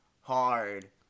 hard